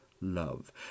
love